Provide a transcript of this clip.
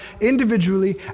individually